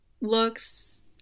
looks